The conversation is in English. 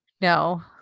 No